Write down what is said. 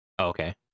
Okay